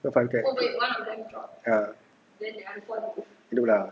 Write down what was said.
got five cat ya no lah